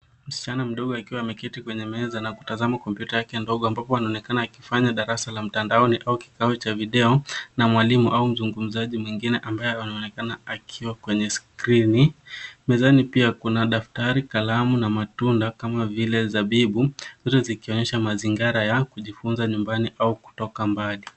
Msichana mdogo akiwa ameketi kwenye meza na kutazama kompyuta yake ndogo ambapo wanaonekana akifanya darasa la mtandaoni au kikao cha video na mwalimu au mzungumzaji mwingine ambaye anaonekana akiwa kwenye skrini. Mezani pia kuna daftari, kalamu na matunda kama vile zabibu zote zikionyesha mazingara ya kujifunza nyumbani au kutoka mbali.